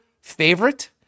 favorite